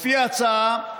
לפי ההצעה,